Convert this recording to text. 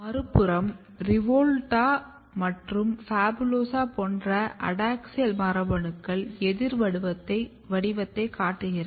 மறுபுறம் REVOLUTA அல்லது PHABULOSA போன்ற அடோக்ஸியல் மரபணுக்கள் எதிர் வடிவத்தை காட்டுகிறது